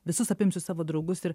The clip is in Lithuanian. visus apimsiu savo draugus ir